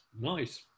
nice